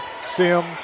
Sims